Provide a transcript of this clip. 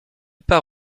pas